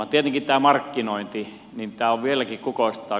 tietenkin tämä markkinointi vieläkin kukoistaa